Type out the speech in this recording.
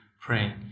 praying